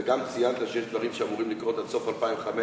וגם ציינת שיש דברים שאמורים לקרות עד סוף 2015,